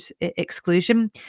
exclusion